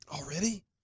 Already